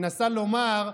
מנסה לומר: